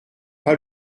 pas